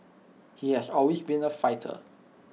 he has always been A fighter